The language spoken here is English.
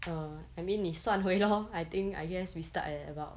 err I mean 你算回 lor I think I guess we start at about